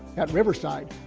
at riverside,